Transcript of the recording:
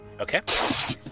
Okay